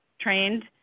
trained